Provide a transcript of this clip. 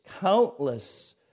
countless